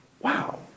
Wow